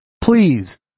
Please